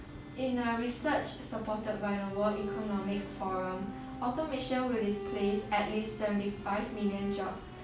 in a research supported by the world economic forum automation will replace at least seventy five million jobs but